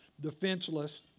defenseless